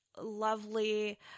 lovely